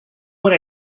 what